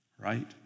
right